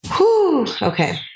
Okay